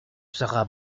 sera